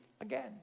again